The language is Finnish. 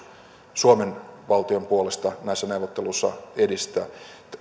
suomen valtion puolesta näissä neuvotteluissa edistää